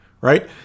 right